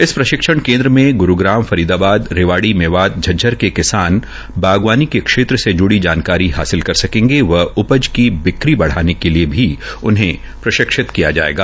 इस प्रशिक्षण केन्द्र मे ग्रूग्राम फरीदाबाद रेवाड़ी मेवात झज्जर के किसान बागानी के क्षेत्र से ज्ड़ी जानकारी हासिल कर सकेंगे व उपज की बिक्री बढ़ाने के लिये भी उन्हे प्रशिसित किया जायेगा